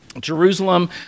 Jerusalem